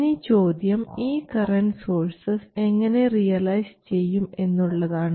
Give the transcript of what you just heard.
ഇനി ചോദ്യം ഈ കറൻറ് സോഴ്സസ് എങ്ങനെ റിയലൈസ് ചെയ്യും എന്നുള്ളതാണ്